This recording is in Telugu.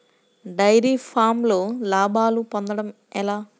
డైరి ఫామ్లో లాభాలు పొందడం ఎలా?